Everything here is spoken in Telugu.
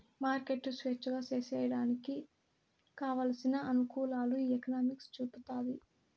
మార్కెట్లు స్వేచ్ఛగా సేసేయడానికి కావలసిన అనుకూలాలు ఈ ఎకనామిక్స్ చూపుతాది